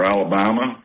Alabama